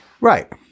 Right